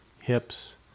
hips